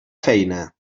feina